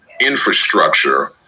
infrastructure